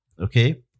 Okay